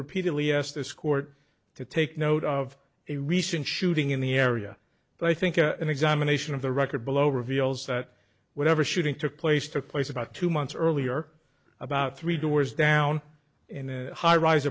repeatedly asked this court to take note of a recent shooting in the area but i think an examination of the record below reveals that whatever shooting took place took place about two months earlier about three doors down in a high rise